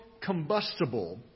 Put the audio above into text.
combustible